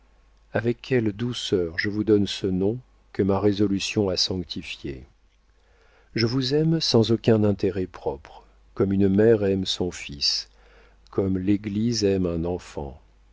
avec quelle douceur je vous donne ce nom que ma résolution a sanctifié je vous aime sans aucun intérêt propre comme une mère aime son fils comme l'église aime un enfant